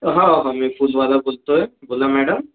हं हं मी फुलवाला बोलतोय बोला मॅडम